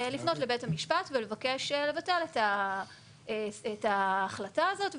לפנות לבית המשפט ולבקש לבטל את ההחלטה הזאת,